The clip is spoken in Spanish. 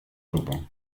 grupo